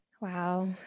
Wow